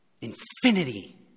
Infinity